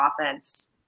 offense –